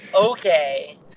Okay